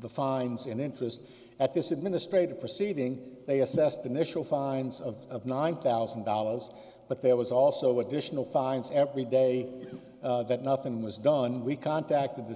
the fines and interest at this administrative proceeding they assessed initial fines of of nine thousand dollars but there was also additional fines every day that nothing was done we contacted the